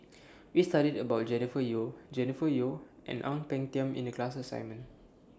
We studied about Jennifer Yeo Jennifer Yeo and Ang Peng Tiam in The class assignment